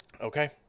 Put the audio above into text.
Okay